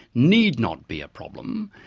need not be a problem.